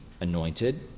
anointed